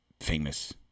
famous